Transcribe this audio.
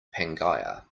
pangaea